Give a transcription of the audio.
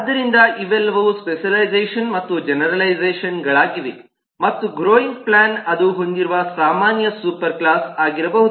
ಆದ್ದರಿಂದ ಇವೆಲ್ಲವೂ ಸ್ಪೆಷಲ್ಲೈಝೇಷನ್ಗಳು ಮತ್ತು ಇವು ಜೆನೆರಲೈಝೇಷನ್ಗಳಾಗಿವೆ ಮತ್ತು ಗ್ರೋಯಿಂಗ್ ಪ್ಲಾನ್ ಅದು ಹೊಂದಿರುವ ಸಾಮಾನ್ಯ ಸೂಪರ್ ಕ್ಲಾಸ್ ಆಗಿರಬಹುದು